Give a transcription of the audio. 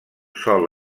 sol